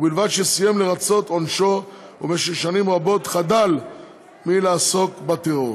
ובלבד שסיים לרצות עונשו ובמשך שנים רבות חדל מלעסוק בטרור.